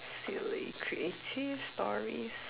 silly creative stories